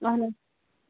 اہَن حظ